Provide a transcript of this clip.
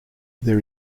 there